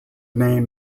name